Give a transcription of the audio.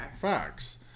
Facts